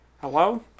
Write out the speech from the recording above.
Hello